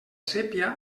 sépia